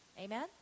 Amen